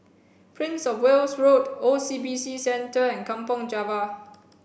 Prince Of Wales Road O C B C Centre and Kampong Java